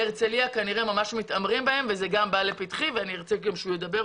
בהרצליה כנראה ממש מתעמרים בהם וזה גם לפתחי ואני ארצה שהוא ידבר,